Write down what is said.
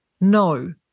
no